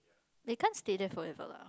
they can't stay there forever lah